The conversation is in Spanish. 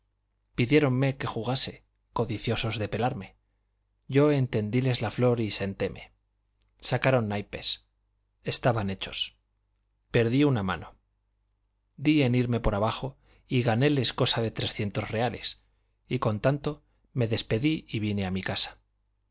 noche pidiéronme que jugase codiciosos de pelarme yo entendíles la flor y sentéme sacaron naipes estaban hechos perdí una mano di en irme por abajo y ganéles cosa de trescientos reales y con tanto me despedí y vine a mi casa